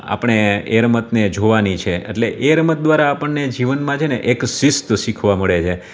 આપણે એ રમતને જોવાની છે એટલે એ રમત દ્વારા આપણને જીવનમાં છેને એક શિસ્ત શીખવા મળે છે